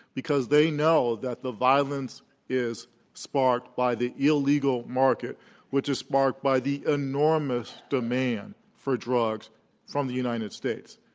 because they know that the violence is sparked by the illegal market which is sparked by ah theenormous demand for drugs from the united states.